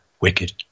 wicked